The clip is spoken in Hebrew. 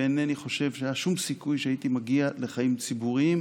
ואינני חושב שהיה שום סיכוי שהייתי מגיע לחיים הציבוריים